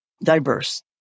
diverse